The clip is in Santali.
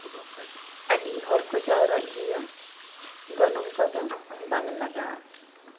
ᱟᱹᱰᱤ ᱦᱚᱲᱠᱚ ᱡᱟᱣᱨᱟᱜ ᱜᱮᱭᱟ ᱜᱚᱱᱚᱝ ᱠᱚᱫᱚ ᱵᱟᱝ ᱞᱟᱜᱟᱜᱼᱟ